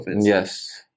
yes